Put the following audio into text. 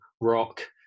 rock